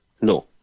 No